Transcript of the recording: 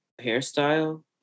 hairstyle